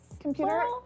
Computer